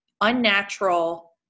unnatural